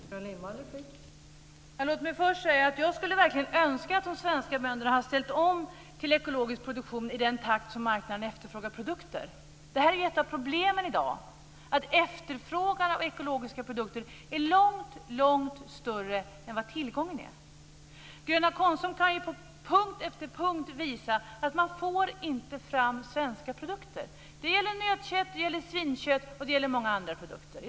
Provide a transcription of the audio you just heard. Fru talman! Låt mig först säga att jag verkligen skulle önska att de svenska bönderna hade ställt om till ekologisk produktion i den takt som marknaden efterfrågar produkter. Det här är ett av problemen i dag. Efterfrågan på ekologiska produkter är långt större än tillgången. Gröna Konsum kan på punkt efter punkt visa att man inte får fram svenska produkter. Det gäller nötkött, svinkött och många andra produkter.